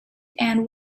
and